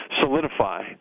solidify